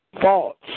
thoughts